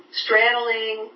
straddling